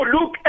look